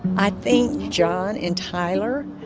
i think john and tyler